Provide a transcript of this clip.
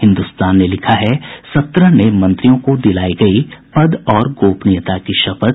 हिन्दुस्तान ने लिखा है सत्रह नये मंत्रियों को दिलाई गयी पद और गोपनीयता की शपथ